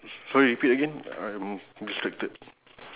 sorry repeat again I'm distracted